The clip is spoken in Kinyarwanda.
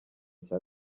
cya